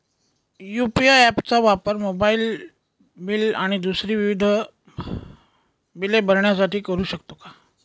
UPI app चा वापर mobile bill आणि दुसरी विविध बिले भरण्यासाठी करू शकतो का?